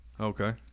okay